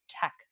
tech